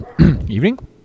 Evening